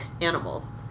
animals